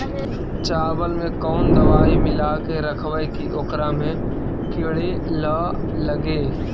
चावल में कोन दबाइ मिला के रखबै कि ओकरा में किड़ी ल लगे?